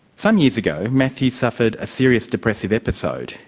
some years ago, matthew suffered a serious depressive episode.